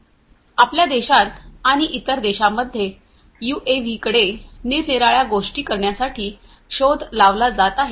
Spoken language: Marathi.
आपल्या देशात आणि इतर देशांमध्ये यूएव्हीकडे निरनिराळ्या गोष्टी करण्यासाठी शोध लावला जात आहे